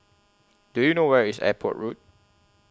Do YOU know Where IS Airport Road